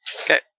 Okay